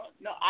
No